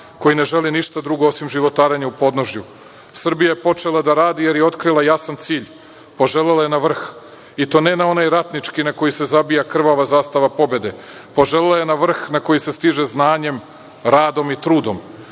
koji ne žele ništa drugo osim životarenja u podnožju. Srbija je počela da radi jer je otkrila jasan cilj, poželela je na vrh, i to ne na onaj ratnički na koji se zabija krvava zastava pobede, poželela je na vrh na koji se stiže znanjem, radom i trudom,